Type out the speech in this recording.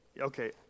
Okay